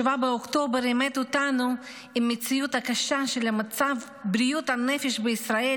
7 באוקטובר עימת אותנו עם המציאות הקשה של מצב בריאות הנפש בישראל,